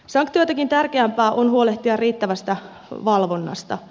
sanktioitakin tärkeämpää on huolehtia riittävästä valvonnasta